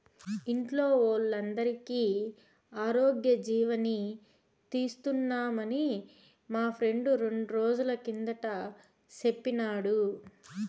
ఇంట్లో వోల్లందరికీ ఆరోగ్యజీవని తీస్తున్నామని మా ఫ్రెండు రెండ్రోజుల కిందట సెప్పినాడు